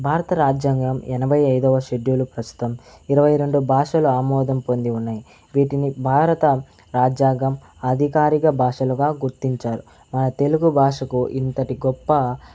భారత రాజ్యాంగం ఎనభై అయిదవ షెడ్యూలు ప్రస్తుతం ఇరవై రెండు భాషల ఆమోదం పొంది ఉన్నాయి వీటిని భారత రాజ్యాంగం అధికారిక భాషలుగా గుర్తించారు తెలుగు భాషకు ఇంతటి గొప్ప